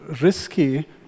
risky